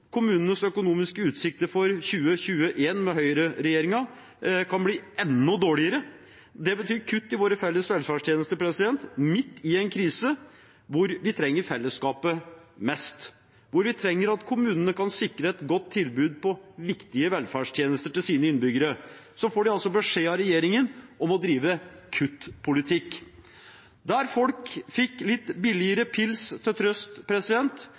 Kommunenes økonomiske utsikter for 2021 med høyreregjeringen kan bli enda dårligere. Det betyr kutt i våre felles velferdstjenester midt i en krise hvor vi trenger fellesskapet mest, hvor vi trenger at kommunene kan sikre et godt tilbud på viktige velferdstjenester til sine innbyggere. Da får de altså beskjed av regjeringen om å drive kuttpolitikk. Der folk fikk litt billigere pils til trøst,